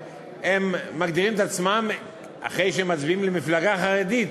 מגדירים את עצמם אחרי שהם מצביעים למפלגה חרדית,